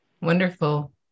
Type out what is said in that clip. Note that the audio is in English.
Wonderful